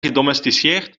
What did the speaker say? gedomesticeerd